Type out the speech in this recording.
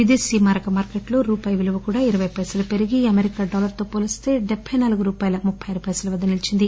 విదేశీ మారక మార్కెట్లో రూపాయి విలువ కూడా ఇరపై పైసలు పెరిగి అమెరికా డాలర్తో పోలిస్తే డెబ్బై నాలుగు రూపాయల ముప్పె ఆరు పైసల వద్ద నిలిచింది